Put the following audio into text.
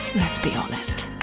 let's be honest.